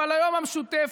אבל היום המשותפת.